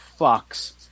fucks